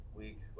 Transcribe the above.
week